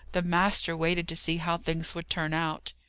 the master waited to see how things would turn out.